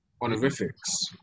honorifics